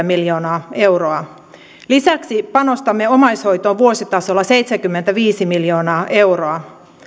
miljoonaa euroa lisäksi panostamme omaishoitoon vuositasolla seitsemänkymmentäviisi miljoonaa euroa